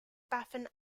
baffin